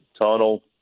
tunnel